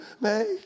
make